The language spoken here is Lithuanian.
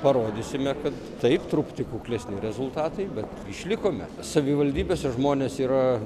parodysime kad taip truputį kuklesni rezultatai bet išlikome savivaldybėse žmonės yra